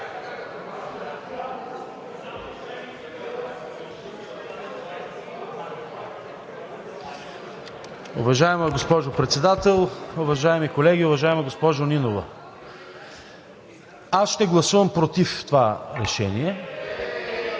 Уважаема госпожо Председател, уважаеми колеги! Уважаема госпожо Нинова, аз ще гласувам против това решение.